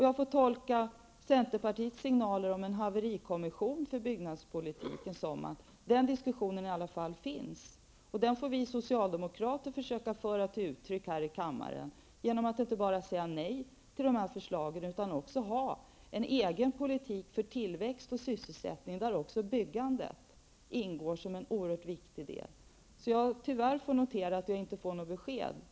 Jag får tolka centerpartiets signaler om en haverikommission för byggnadspolitiken som att den diskussionen i alla fall finns, och den får vi socialdemokrater försöka ge uttryck för här i kammaren genom att inte bara säga nej till regeringsförslagen utan genom att ha en egen politik för tillväxt och sysselsättning, där också byggandet ingår som en oerhört viktig del. Så jag nödgas tyvärr notera att jag inte får något besked.